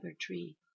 tree